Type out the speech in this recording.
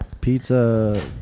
pizza